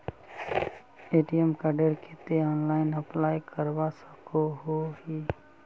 ATM कार्डेर केते online apply करवा सकोहो ही?